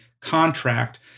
contract